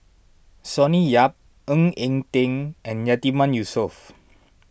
Sonny Yap Ng Eng Teng and Yatiman Yusof